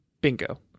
Bingo